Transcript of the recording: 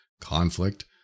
conflict